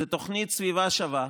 זו התוכנית סביבה שווה.